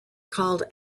called